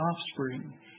offspring